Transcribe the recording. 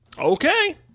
Okay